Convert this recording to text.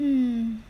hmm